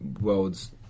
world's